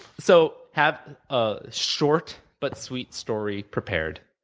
so, have ah short but sweet story prepared,